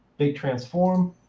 bake, transform